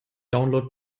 download